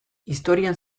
historian